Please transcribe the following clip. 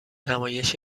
نمایش